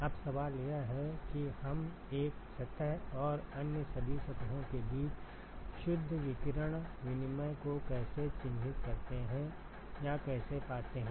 अब सवाल यह है कि हम एक सतह और अन्य सभी सतहों के बीच शुद्ध विकिरण विनिमय को कैसे चिह्नित करते हैं या कैसे पाते हैं